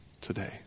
today